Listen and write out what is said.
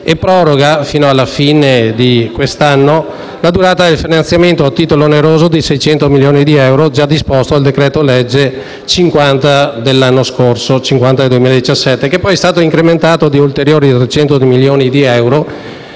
e proroga fino alla fine di quest'anno la durata del finanziamento a titolo oneroso di 600 milioni di euro, già disposto dal decreto-legge n. 50 del 2017, che è poi stato incrementato di ulteriori 300 milioni di euro,